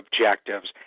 objectives